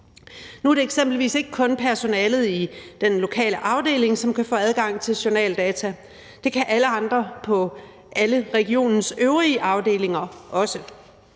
Nu er det eksempelvis ikke kun personalet i den lokale afdeling, som kan få adgang til journaldata, men det kan alle andre på alle regionens øvrige afdelinger også.